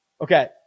Okay